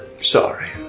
Sorry